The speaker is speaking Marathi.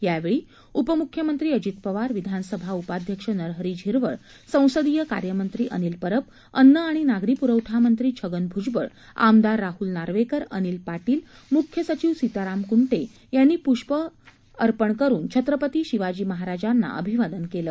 यावेळी उपमुख्यमंत्री अजित पवार विधानसभा उपाध्यक्ष नरहरी झिरवळ संसदीय कार्य मंत्री अनिल परब अन्न आणि नागरी पुरवठा मंत्री छगन भुजबळ आमदार राहुल नार्वेकर अनिल पाटील मुख्य सचिव सीताराम कुंटे यांनी पुष्प अर्पण करून छत्रपती शिवाजी महाराजांना अभिवादन केलं